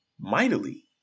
mightily